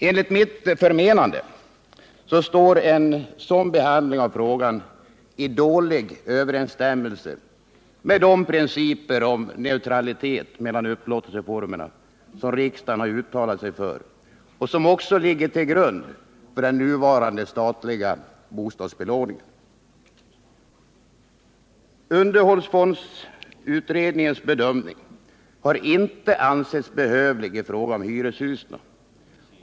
Enligt mitt förmenande står en sådan behandling av frågan i dålig överensstämmelse med de principer om neutralitet mellan upplåtelseformerna som riksdagen har uttalat sig för och som ligger till grund för den nuvarande statliga bostadsbelåningen. Underhållsfondsutredningens bedömning har inte ansetts behövlig i fråga om hyreshusen.